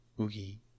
Oogie